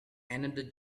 another